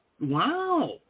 Wow